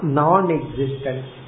non-existence